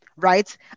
Right